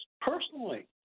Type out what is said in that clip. personally